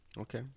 Okay